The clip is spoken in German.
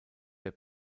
der